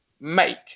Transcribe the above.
make